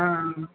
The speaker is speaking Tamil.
ஆ